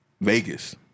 Vegas